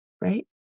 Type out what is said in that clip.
right